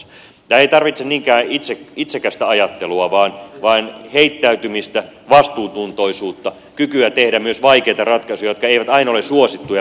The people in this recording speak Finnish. tämä ei tarvitse niinkään itsekästä ajattelua vaan heittäytymistä vastuuntuntoisuutta kykyä tehdä myös vaikeita ratkaisuja jotka eivät aina ole suosittuja mutta jotka ovat hyväksi tälle maalle